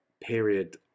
period